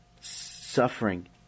suffering